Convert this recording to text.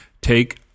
take